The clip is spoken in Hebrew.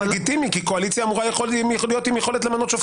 זה לגיטימי כי קואליציה אמורה להיות עם יכולת למנות שופטים.